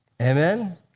Amen